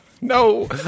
No